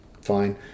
Fine